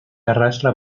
arrastra